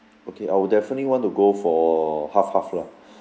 okay I'll definitely want to go for half half lah